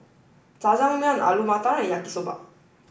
Jajangmyeon Alu Matar and Yaki Soba